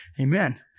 Amen